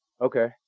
Okay